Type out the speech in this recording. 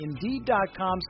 Indeed.com